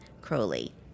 Crowley